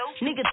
Nigga